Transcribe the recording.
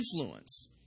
influence